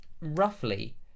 roughly